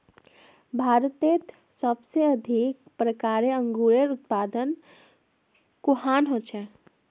भारतत सबसे अधिक प्रकारेर अंगूरेर उत्पादन कुहान हछेक